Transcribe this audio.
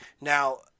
Now